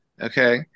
Okay